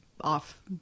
off